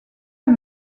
est